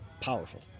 powerful